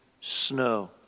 snow